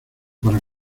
para